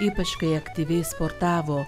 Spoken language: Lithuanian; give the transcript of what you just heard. ypač kai aktyviai sportavo